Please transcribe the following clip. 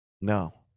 No